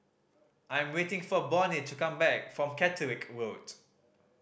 I'm waiting for Bonny to come back from Caterick Road